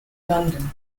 london